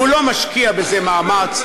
הוא לא משקיע בזה מאמץ,